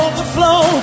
Overflow